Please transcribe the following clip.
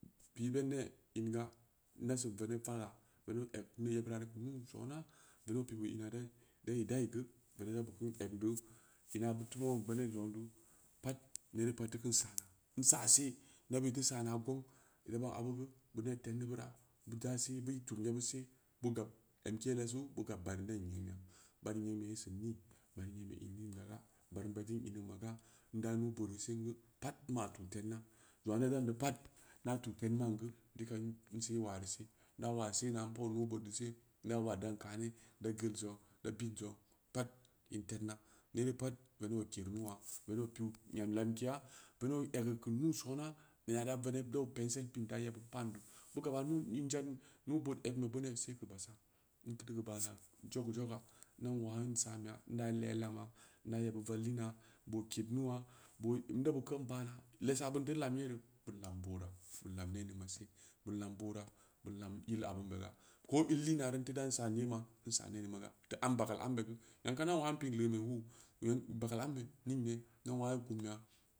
Pii i bed nee inga, na sen veneb faga veneb oo eg nee bira reu geu nuu so ona, veneɓ oo pi’ bu ina dai dai geu veneb dabu keun egn doo, ina butu ram vallin zong du pad neere pad deu kam saana, n saa se, neɓɓid deu saana gang, bura ban obingu nee tednni bira, bud aa se but teud yeɓɓid se, bu gab embe lasu, bu gab barum dam nyeun ɓeya, banm nyaun be gu sin ni banum inning ma ga, barum yaun beddin m ning ma ga ndaa nuu booru singu pad n ma tu tednna, zangna neu daan bureu pad na tu, tedn ma’n geu dika n se’ waareu se, na waa se’na n pau nuu-bood deu see, na waa dan kami, da geul zang, da bidn zang, pad in tednna, neree pad veneɓ oo kereu nuci, venev oo piu zang lamkeya, venneb oo egeu keu nuu soona, nena da veneb dau kpengsel pin da gebbid paam deu, bug aba nu in zan, nuu-ɓood egn ben beuneu se geu basa, n tell keu bana zogu-zo-ga nan wawin saanɓeya, nda le’ lamma, na yeɓɓid vollina, booo ked nua, boo, nabu kan bana, lesa bin teu lam yere bbin lam boora bin lam neemngn ma see, bin lam boora ɓin lam yil abinbe ga, ko billinna n teun dan san yilba, nsa neening ma ga, da um bageul ambe gu, nyam kam na wawin piin leun be wuu don bagad ambe iringbe nan wauum kudn beya.